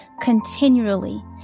continually